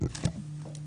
מריאכין